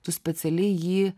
tu specialiai jį